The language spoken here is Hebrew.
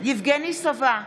יבגני סובה,